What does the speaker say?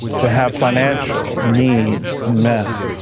to have financial needs met,